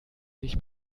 sich